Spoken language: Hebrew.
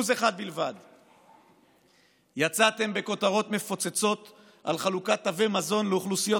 1%. יצאתם בכותרות מפוצצות על חלוקת תווי מזון לאוכלוסיות